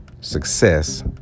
success